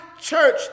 church